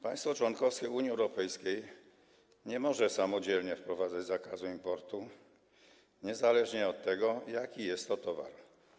Państwo członkowskie Unii Europejskiej nie może samodzielnie wprowadzać zakazu importu niezależnie od tego, jaki jest to towar.